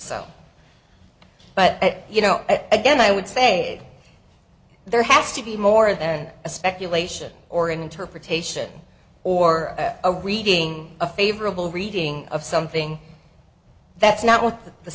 so but you know again i would say there has to be more than a speculation or an interpretation or a reading a favorable reading of something that's not what the